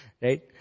right